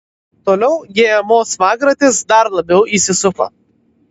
toliau gmo smagratis dar labiau įsisuko